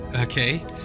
okay